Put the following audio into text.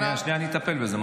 שנייה, שנייה, אני אטפל בזה.